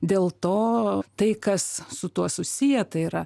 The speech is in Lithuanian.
dėl to tai kas su tuo susiję tai yra